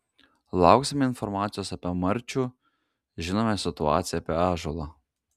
lauksime informacijos apie marčių žinome situaciją apie ąžuolą